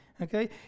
okay